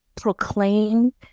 proclaim